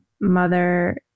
mother